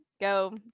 Go